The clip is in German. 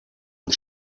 und